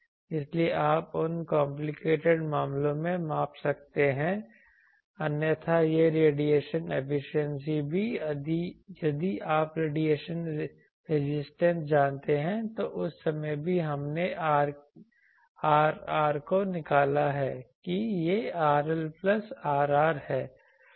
इसलिए आप उन कॉम्प्लिकेटेड मामलों में माप सकते हैं अन्यथा ये रेडिएशन एफिशिएंसी भी यदि आप रेडिएशन रेजिस्टेंस जानते हैं तो उस समय भी हमने इस Rr को निकाला है कि यह RL प्लस Rr है